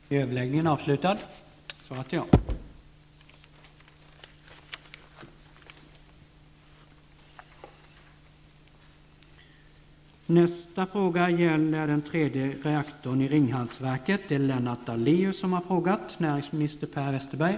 Herr talman! Vi ser i första hand till konsumenterna. Den typ av negativ begränsning av konkurrensen vi framför allt vill komma åt via arbetet med konkurrenslagstiftningen, är när enskilda företag missgynnas så att det blir till nackdel för konsumenterna.